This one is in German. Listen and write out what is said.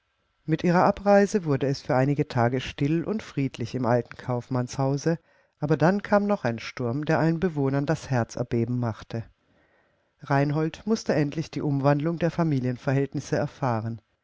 mit ihrer abreise wurde es für einige tage still und friedlich im alten kaufmannshause aber dann kam noch ein sturm der allen bewohnern das herz erbeben machte reinhold mußte endlich die umwandlung der familienverhältnisse erfahren